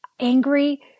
angry